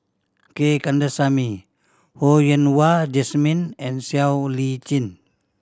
G Kandasamy Ho Yen Wah Jesmine and Siow Lee Chin